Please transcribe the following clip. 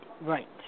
right